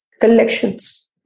collections